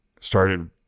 started